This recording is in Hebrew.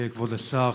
כבוד השר,